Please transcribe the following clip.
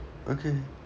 okay